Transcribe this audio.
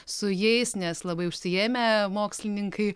su jais nes labai užsiėmę mokslininkai